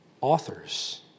authors